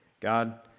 God